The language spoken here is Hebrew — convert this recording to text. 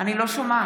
אני לא שומעת.